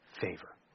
favor